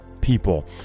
people